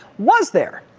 was there,